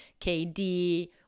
KD